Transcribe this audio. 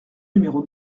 numéro